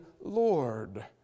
Lord